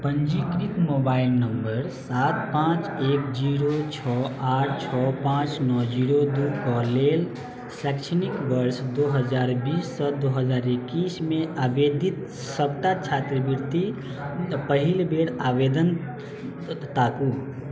पञ्जीकृत mobile number सात पांच एक जीरो छओ आठ छओ पांँच नओ जीरो दू कऽ लेल शैक्षणिक वर्ष दू हजार बीस सँ दू हजार एकैसमे आवेदित सबटा छात्रवृति पहिल बेर आवेदन ताकू